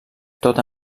tota